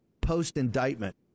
post-indictment